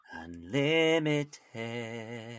Unlimited